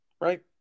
Right